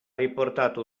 riportato